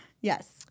Yes